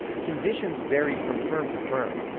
conditions varied from firm to firm.